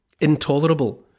intolerable